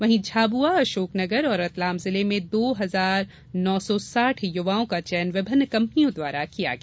वहीं झाबुआ अशोकनगर और रतलाम जिले में दो हजार नौ सौ साठ युवाओं का चयन विभिन्न कंपनियों द्वारा किया गया